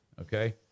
okay